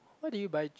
why did you buy